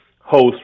host